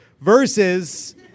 versus